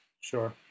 Sure